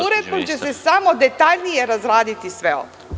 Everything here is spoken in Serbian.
Uredbom će se samo detaljnije razraditi sve ovo.